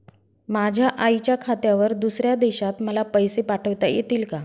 माझ्या आईच्या खात्यावर दुसऱ्या देशात मला पैसे पाठविता येतील का?